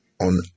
on